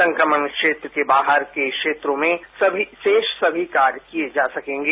संक्रमण क्षेत्र के बाहर के क्षेत्रों में समी शेष समी कार्य किए जा सकेंगे